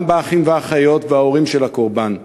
גם באחים ובאחיות ובהורים של הקורבן.